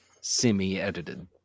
semi-edited